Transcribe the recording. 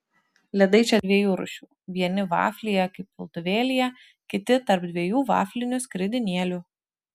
ledai čia dviejų rūšių vieni vaflyje kaip piltuvėlyje kiti tarp dviejų vaflinių skridinėlių